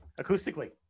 acoustically